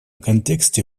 контексте